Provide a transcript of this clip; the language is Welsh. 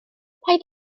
paid